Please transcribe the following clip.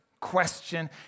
question